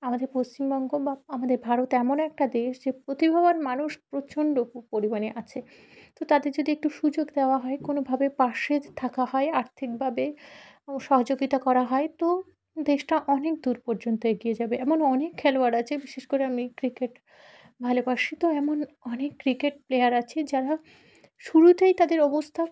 আমাদের পশ্চিমবঙ্গ বা আমাদের ভারত এমন একটা দেশ যে প্রতিভাবান মানুষ প্রচণ্ড পরিমাণে আছে তো তাদের যদি একটু সুযোগ দেওয়া হয় কোনোভাবে পাশে থাকা হয় আর্থিকভাবে ও সহযোগিতা করা হয় তো দেশটা অনেক দূর পর্যন্ত এগিয়ে যাবে এমন অনেক খেলোয়াড় আছে বিশেষ করে আমি ক্রিকেট ভালোবাসি তো এমন অনেক ক্রিকেট প্লেয়ার আছে যারা শুরুতেই তাদের অবস্থা